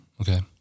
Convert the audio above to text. Okay